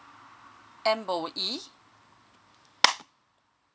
M_O_E